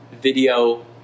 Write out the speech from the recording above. video